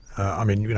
i mean, you